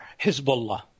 Hezbollah